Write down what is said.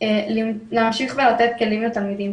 להמשיך ולתת כלים לתלמידים,